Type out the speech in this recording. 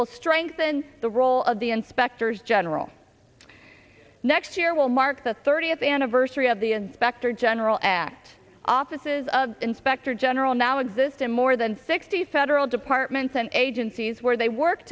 will strengthen the role of the inspectors general next year will mark the thirtieth anniversary of the inspector general act offices of inspector general now exist in more than sixty federal departments and agencies where they work